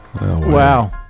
Wow